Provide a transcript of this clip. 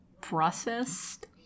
processed